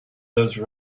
those